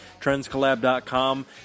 trendscollab.com